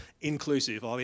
inclusive